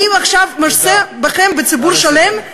אני עכשיו משסה בכם ציבור שלם.